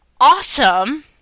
awesome